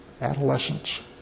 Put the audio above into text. adolescents